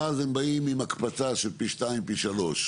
ואז הם באים עם הקפצה של פי שתיים פי שלוש.